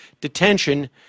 detention